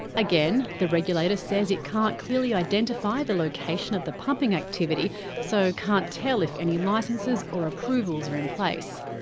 again, the regulator says it can't clearly identify the location of the pumping activity so can't tell if any licences or approvals are in place.